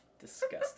Disgusting